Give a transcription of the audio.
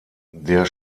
der